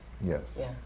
Yes